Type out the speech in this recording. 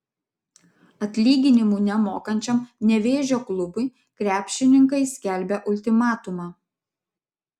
atlyginimų nemokančiam nevėžio klubui krepšininkai skelbia ultimatumą